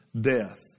death